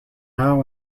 now